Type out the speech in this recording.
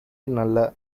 நல்ல